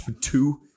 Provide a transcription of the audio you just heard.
Two